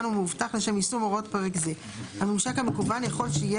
ומאובטח לשם יישום הוראות פרק זה; הממשק המקוון יכול שיהיה